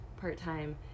part-time